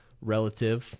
relative